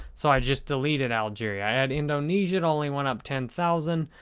so i just deleted algeria. i add indonesia, it only went up ten thousand.